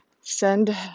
send